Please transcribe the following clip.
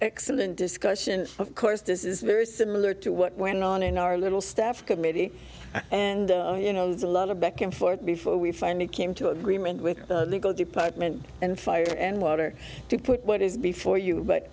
excellent discussion of course this is very similar to what went on in our little staff committee and you know there's a lot of back and forth before we finally came to agreement with the legal department and fire and water to put what is before you but